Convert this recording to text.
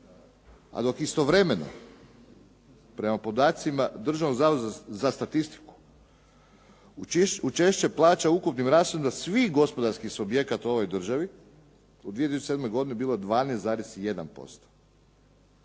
A dok istovremeno prema podacima Državnog zavoda za statistiku učešće plaća u ukupnim rashodima svih gospodarskih subjekata u ovoj državi u 2007. godini bilo je 12,1%,